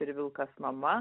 ir vilkas mama